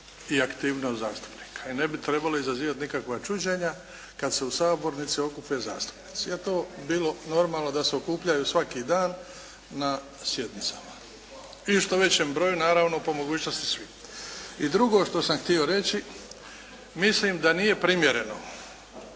i aktivnost zastupnika i ne bi trebali izazivati nikakva čuđenja kad se u sabornici okupe zastupnici, jer to bilo normalno da se okupljaju svaki dan na sjednicama i što većem broju naravno, po mogućnosti svi. I drugo što sam htio reći, mislim da nije primjereno